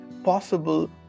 possible